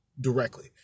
directly